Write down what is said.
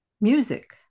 music